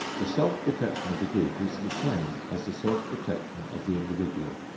the self-protection of the group is the same as the self-protection of the individual.